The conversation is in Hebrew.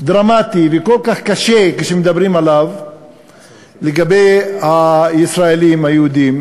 דרמטי וכל-כך קשה שמדברים עליו לגבי הישראלים היהודים,